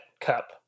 cup